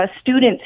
students